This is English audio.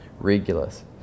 Regulus